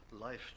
life